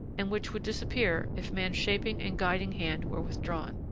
and which would disappear if man's shaping and guiding hand were withdrawn.